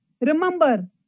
Remember